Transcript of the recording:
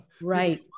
Right